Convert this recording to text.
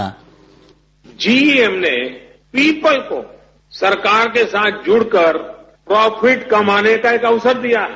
sound bite GEM ने people को सरकार के साथ जुड़कर प्राफिट कमाने का एक अवसर दिया है